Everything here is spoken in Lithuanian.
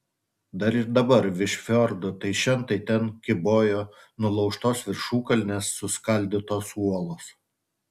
dar ir dabar virš fjordų tai šen tai ten kybojo nulaužtos viršukalnės suskaldytos uolos